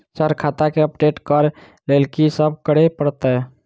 Sir खाता केँ update करऽ लेल की सब करै परतै?